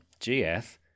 GF